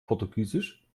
portugiesisch